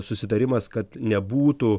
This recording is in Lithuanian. susitarimas kad nebūtų